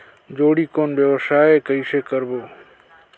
जोणी कौन व्यवसाय कइसे करबो?